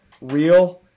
real